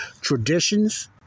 Traditions